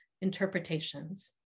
interpretations